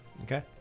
Okay